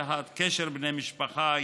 קשר בני משפחה,